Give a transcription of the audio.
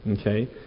okay